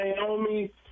Naomi